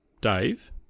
Dave